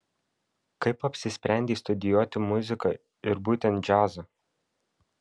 kaip apsisprendei studijuoti muziką ir būtent džiazą